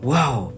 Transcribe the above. Wow